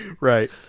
Right